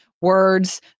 Words